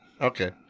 Okay